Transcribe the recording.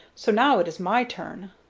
so now it is my turn.